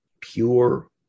pure